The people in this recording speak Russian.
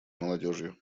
молодежью